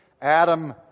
Adam